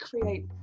create